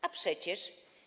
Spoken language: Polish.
A przecież.